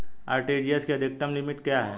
RTGS की अधिकतम limit क्या है?